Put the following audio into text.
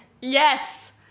Yes